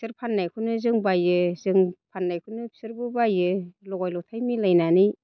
बिसोर फाननायखौनो जों बायो जों फाननायखौनो बिसोरबो बायो लगाय लथाय मिलायनानै